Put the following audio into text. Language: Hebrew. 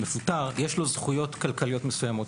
יש לו זכויות כלכליות מסוימות.